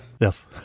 Yes